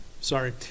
Sorry